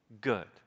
good